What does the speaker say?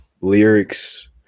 lyrics